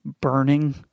burning